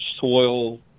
soil